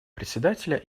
председателя